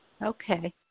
Okay